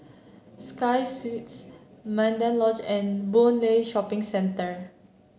Sky Suites Mandai Lodge and Boon Lay Shopping Centre